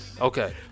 Okay